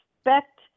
expect